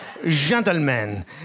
Gentlemen